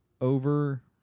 over